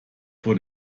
vor